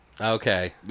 Okay